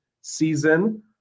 season